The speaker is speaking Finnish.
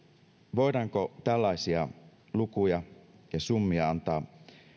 voidaanko tällaisia lukuja ja summia antaa